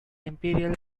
imperial